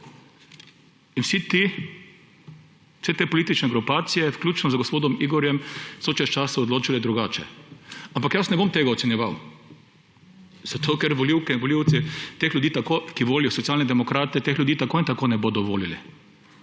Vsi ti, vse te politične grupacije, vključno z gospodom Igorjem, so se čez čas se odločili drugače. Ampak jaz ne bom tega ocenjeval, zato ker volivke in volivci, ki volijo Socialne demokrate, teh ljudi tako in tako ne bodo volili.